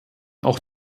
auch